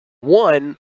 One